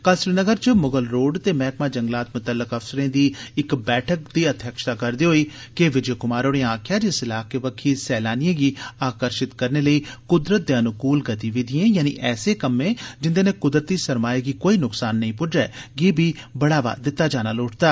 कल श्रीनगर च म्गल रोड ते मैहकमा जंगलात म्तल्लक अफसर्रे दी इक बैठका दी अध्यक्षता करदे होई के विजय कुमार होरें आक्खेया जे इस इलाके बक्खी सैलानियें गी आकर्षित करने लेई कुदरत दे अनुकूल गतिविधियें यानी ऐसे कम्में जिन्दे नै क्दरती सरमाए गी कोई न्कसान नेई प्ज्जै गी बी बढ़ावा दिता जाना लोड़चदा